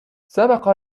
سبق